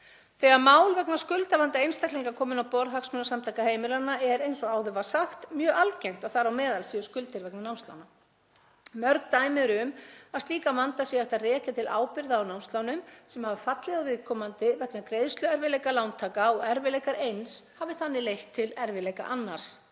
Þegar mál vegna skuldavanda einstaklinga koma inn á borð Hagsmunasamtaka heimilanna er, eins og áður var sagt, mjög algengt að þar á meðal séu skuldir vegna námslána. Mörg dæmi eru um að slíkan vanda sé hægt að rekja til ábyrgðar á námslánum sem hafa fallið á viðkomandi vegna greiðsluerfiðleika lántaka og erfiðleikar eins hafi þannig leitt til erfiðleika annars.